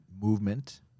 movement